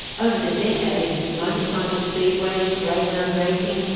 over the decades, motorcycle speedway, greyhound racing,